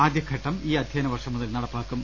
ആദ്യഘട്ടം ഈ അധൃയന വർഷം മുതൽ നടപ്പാക്കും